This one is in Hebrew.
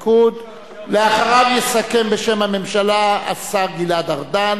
אחריו יסכם בשם הממשלה השר גלעד ארדן,